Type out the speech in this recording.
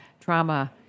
trauma